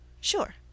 Sure